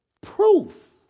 proof